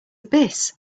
abyss